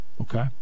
Okay